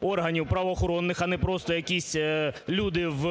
органів правоохоронних, а не просто якісь люди в